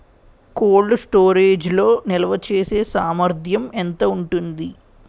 Cold storage లో నిల్వచేసేసామర్థ్యం ఎంత ఉంటుంది?